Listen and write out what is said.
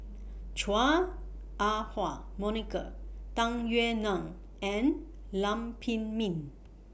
Chua Ah Huwa Monica Tung Yue Nang and Lam Pin Min